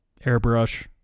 airbrush